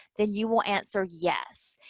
then you will answer yes.